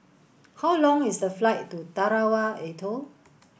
how long is the flight to Tarawa Atoll